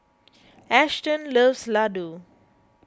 Ashton loves Ladoo